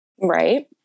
Right